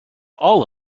all